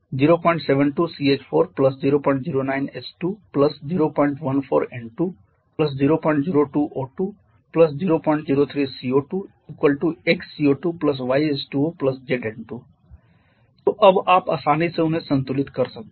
072 CH4 009 H2 014 N2 002 O2 003 CO2 🡪 x CO2 y H2O z N2 तो अब आप आसानी से उन्हें संतुलित कर सकते हैं